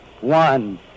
one